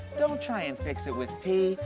don't try and fix it with pee.